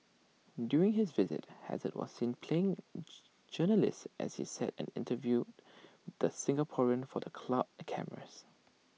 during his visit hazard was seen playing journalist as he sat and interviewed the Singaporean for the club cameras